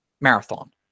marathon